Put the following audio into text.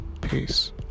peace